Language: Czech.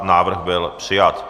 Návrh byl přijat.